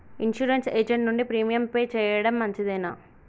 Insurance agent నుండి premium pay చేయడం మంచిదేనా?